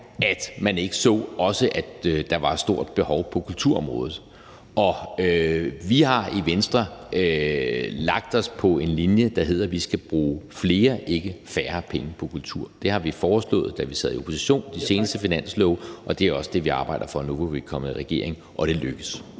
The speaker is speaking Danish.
at man ikke også så, at der var et stort behov på kulturområdet. Vi har i Venstre lagt os på en linje, der handler om, at vi skal bruge flere og ikke færre penge på kultur. Det har vi foreslået, da vi sad i opposition, i forbindelse med de seneste finanslove, og det er også det, vi arbejder for nu, hvor vi er kommet i regering – og det lykkes.